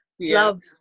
love